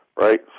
right